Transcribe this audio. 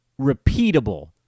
repeatable